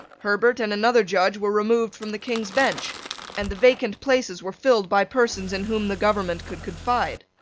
herbert and another judge were removed from the king's bench and the vacant places were filled by persons in whom the government could confide.